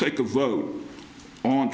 take a vote on